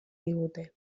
digute